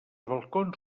balcons